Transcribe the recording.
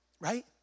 right